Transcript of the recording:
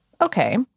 Okay